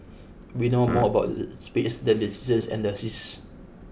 we know more about the space than the seasons and the seas